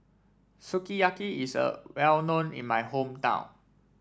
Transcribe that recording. Sukiyaki is a well known in my hometown